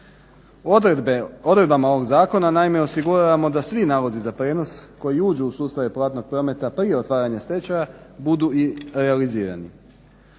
Odredbama ovog zakona naime osiguravamo da svi nalozi za prijenos koji uđu u sustave platnog prometa prije otvaranja stečaja budu i realizirani.